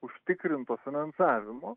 užtikrinto finansavimo